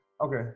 Okay